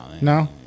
no